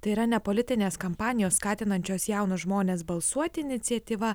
tai yra ne politinės kampanijos skatinančios jaunus žmones balsuoti iniciatyva